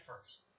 first